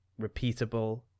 repeatable